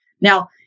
Now